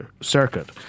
circuit